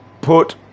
put